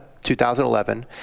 2011